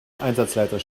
einsatzleiter